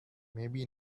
maybe